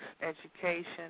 education